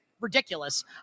Ridiculous